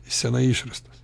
senai išrastas